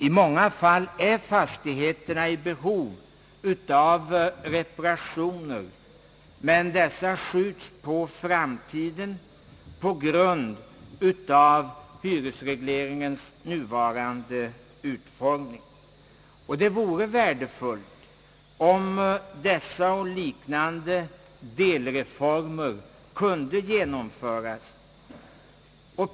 I många fall är fastigheterna i behov av reparationer, men dessa skjuts på fram tiden på grund av hyresregleringens nuvarande utformning, och det vore värdefullt om dessa och liknande delreformer kunde genomföras.